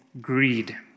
greed